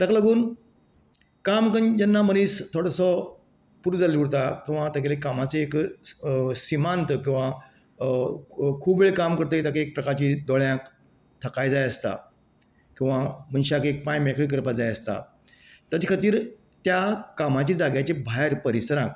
ताका लागून काम कन्न जेन्ना मनीस थोडो सो पुरो जाल्लो उरता किंवां तेगेले कामाचें एक सिमांत किंवां खूब वेळ काम करतकीर ताका एक प्रकारची दोळ्यांक थाकाय जाय आसता किंवां मनशांक एक पांय मेकळे करपाक जाय आसता ताचे खातीर त्या कामाची जाग्याची भायर परिसराक